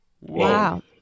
Wow